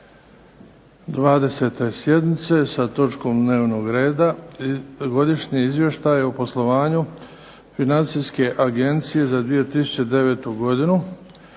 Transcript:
20. sjednice sa točkom dnevnog reda –- Godišnji izvještaj o poslovanju Financijske agencije za 2009. godinu